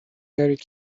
دارید